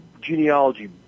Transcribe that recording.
genealogy